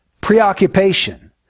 preoccupation